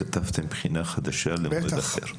כתבתם בחינה חדשה למועד אחר?